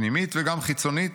פנימית וגם חיצונית,